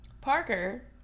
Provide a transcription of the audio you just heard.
Parker